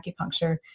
acupuncture